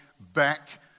back